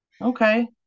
okay